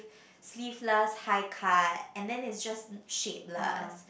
sleeveless high cut and then is just shapeless